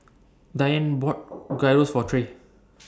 Diane bought Gyros For Trae